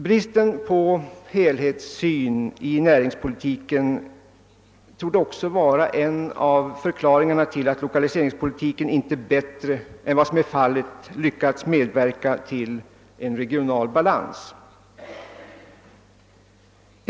Bristen på helhetssyn i näringspolitiken torde också vara en av förklaringarna till att lokaliseringspolitiken inte bättre än vad som är fallet lyckats medverka till en regional balans.